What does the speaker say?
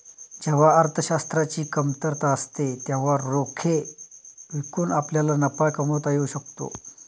जेव्हा अर्थशास्त्राची कमतरता असते तेव्हा रोखे विकून आपल्याला नफा कमावता येऊ शकतो